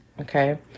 okay